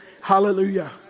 Hallelujah